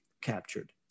captured